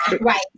Right